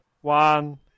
One